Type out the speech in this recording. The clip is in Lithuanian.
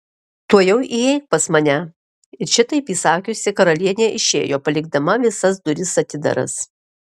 tuojau įeik pas mane ir šitaip įsakiusi karalienė išėjo palikdama visas duris atidaras